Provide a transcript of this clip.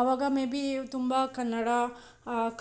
ಅವಾಗ ಮೇಬಿ ತುಂಬ ಕನ್ನಡ